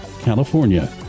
California